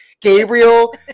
Gabriel